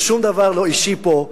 שום דבר לא אישי פה,